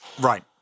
Right